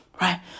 Right